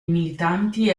militanti